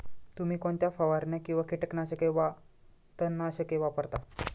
तुम्ही कोणत्या फवारण्या किंवा कीटकनाशके वा तणनाशके वापरता?